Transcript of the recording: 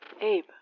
Abe